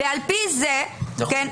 ועל פי זה, כן?